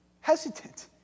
hesitant